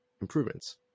improvements